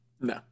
No